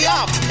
up